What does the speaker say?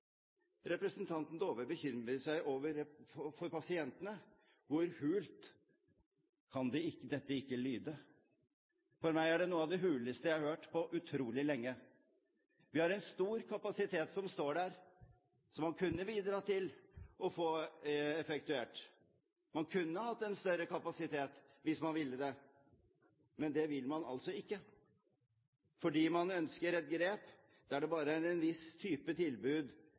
Representanten Dåvøy bekymret seg for pasientene. Hvor hult kan ikke dette lyde? For meg er dette noe av det huleste jeg har hørt på utrolig lenge. Vi har en stor kapasitet som står der, som man kunne bidratt til å få effektuert. Man kunne hatt en større kapasitet hvis man ville det, men det vil man altså ikke, fordi man ønsker et grep der det bare er en viss type tilbud